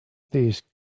these